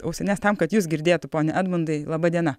ausines tam kad jus girdėtų pone edmundai laba diena